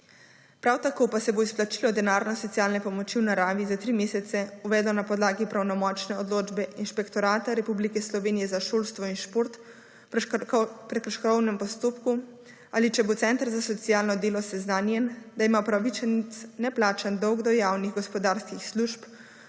Prav tako pa se bo izplačilo denarne socialne pomoči v naravi za tri mesece uvedlo na podlagi pravnomočne odločbe Inšpektorata Republike Slovenije za šolstvo in šport v prekrškovnem postopku ali če bo center za socialno delo seznanjen, da ima upravičenec neplačan dolg do javnih gospodarskih služb